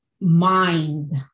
mind